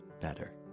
better